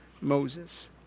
Moses